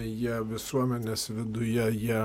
jie visuomenės vidujejie